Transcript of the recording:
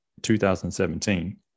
2017